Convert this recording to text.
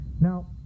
Now